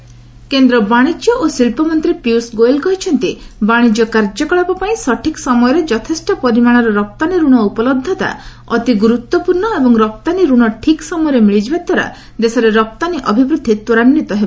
Goyal export କେନ୍ଦ୍ର ବାଣିଜ୍ୟ ଓ ଶିଳ୍ପ ମନ୍ତ୍ରୀ ପୀୟୁଷ ଗୋୟଲ୍ କହିଛନ୍ତି ବାଣିଜ୍ୟ କାର୍ଯ୍ୟକଳାପ ପାଇଁ ସଠିକ୍ ସମୟରେ ଯଥେଷ୍ଟ ପରିମାଣର ରପ୍ତାନୀ ଋଣ ଉପଲବ୍ଧତା ଅତି ଗୁରୁତ୍ୱପୂର୍ଣ୍ଣ ଏବଂ ରପ୍ତାନୀ ରଣ ଠିକ୍ ସମୟରେ ମିଳିଯିବାଦ୍ୱାରା ଦେଶରେ ରପ୍ତାନୀ ଅଭିବୂଦ୍ଧି ତ୍ୱରାନ୍ୱିତ ହେବ